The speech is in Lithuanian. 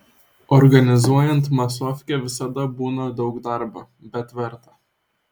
organizuojant masofkę visada būna daug darbo bet verta